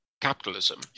Capitalism